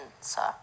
sir